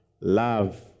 Love